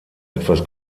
etwas